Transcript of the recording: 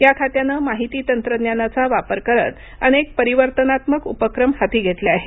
या खात्यानं माहिती तंत्रज्ञानाचा वापर करत अनेक परिवर्तनात्मक उपक्रम हाती घेतले आहेत